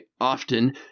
often